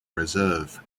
reserve